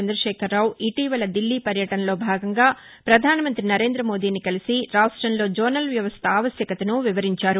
చంద్రశేఖరరావు ఇటీవల దిల్లీ పర్యటనలో భాగంగా ప్రధానమంతి నరేందమోదీని కలిసి రాష్టంలో జోనల్ వ్యవస్థ ఆవశ్యకతను వివరించారు